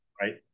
right